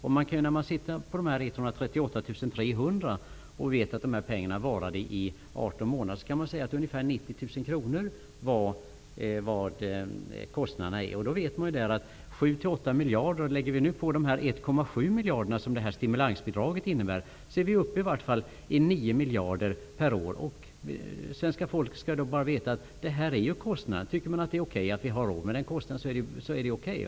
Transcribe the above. När vi då vet att de 138 300 varade i 18 månader, kan vi säga att årskostnaden är ungefär Lägger vi nu 1,7 miljarder, som stimulansbidraget innebär, till de tidigare 7--8 miljarderna, så är vi uppe i vart fall i 9 miljarder per år. Svenska folket skall veta att det är den kostnaden. Tycker svenska folket att vi har råd med den kostnaden, så är det okay.